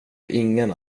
ingen